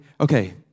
Okay